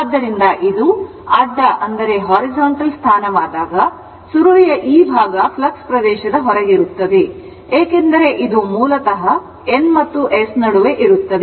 ಆದ್ದರಿಂದ ಇದು ಅಡ್ಡ ಸ್ಥಾನವಾದಾಗ ಸುರುಳಿಯ ಈ ಭಾಗ ಫ್ಲಕ್ಸ್ ಪ್ರದೇಶದ ಹೊರಗಿರುತ್ತದೆ ಏಕೆಂದರೆ ಇದು ಮೂಲತಃ N ಮತ್ತು S ನಡುವೆ ಇರುತ್ತದೆ